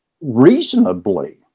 reasonably